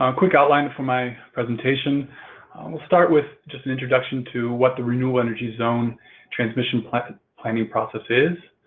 ah quick outline for my presentation we'll start with just an introduction to what the renewable energy zone transmission planning planning process is,